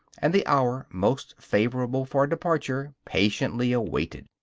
and the hour most favorable for departure patiently awaited.